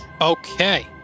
Okay